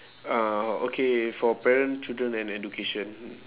uh okay for parent children and education